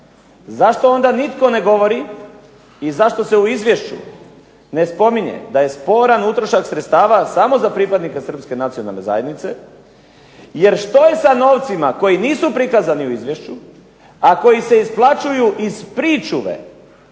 zašto onda nitko ne govori i zašto se u izvješću ne spominje da je sporan utrošak sredstava samo za pripadnike srpske nacionalne zajednice jer što je sa novcima koji nisu prikazani u izvješću, a koji se isplaćuju iz pričuve,